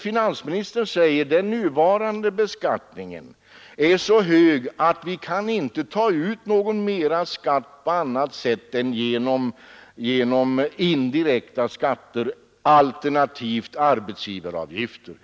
Finansministern säger att den nuvarande beskattningen är så hög, att vi inte kan ta ut mera skatt på annat sätt än genom indirekta skatter alternativt höga arbetsgivaravgifter.